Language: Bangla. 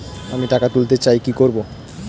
আমি টাকা তুলতে চাই কি করব?